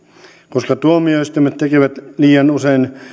koska tuomioistuimet tekevät liian usein